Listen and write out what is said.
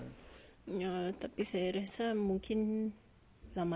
ya tapi saya rasa mungkin lama lagi kot